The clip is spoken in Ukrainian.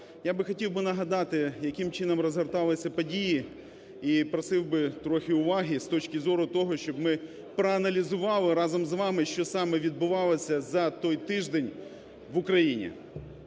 Я би хотів би нагадати яким чином розгорталися події і просив би трохи уваги з точки зору того, щоб ми проаналізували разом з вами, що саме відбувалося за той тиждень в Україні.